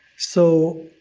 so,